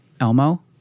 Elmo